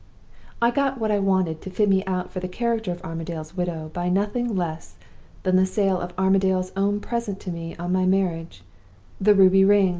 i got what i wanted to fit me out for the character of armadale's widow by nothing less than the sale of armadale's own present to me on my marriage the ruby ring!